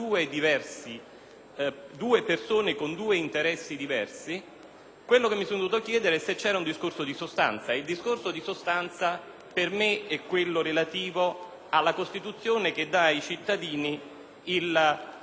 quello che mi sono dovuto chiedere è se vi fosse un discorso di sostanza. Il discorso di sostanza, per me, è quello relativo alla Costituzione, che dà ai cittadini il diritto-dovere di decidere dei propri rappresentanti.